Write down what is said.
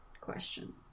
question